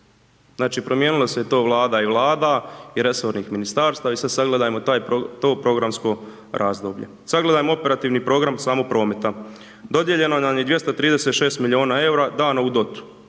Znači promijenilo se to Vlada i Vlada i resornih ministarstava i sad sagledajmo to programsko razdoblje. Sagledajmo operativni program samo prometa. Dodijeljeno nam je 236 milijuna eura, dano u